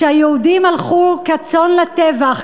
שהיהודים הלכו כצאן לטבח,